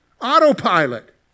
Autopilot